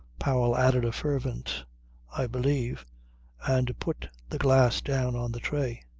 powell added a fervent i believe and put the glass down on the tray.